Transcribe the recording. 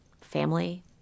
family